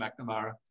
mcnamara